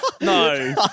No